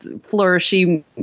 flourishing